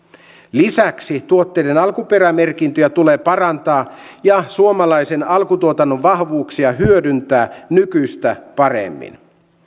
lisäksi tuotteiden alkuperämerkintöjä tulee parantaa ja suomalaisen alkutuotannon vahvuuksia hyödyntää nykyistä paremmin